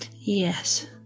Yes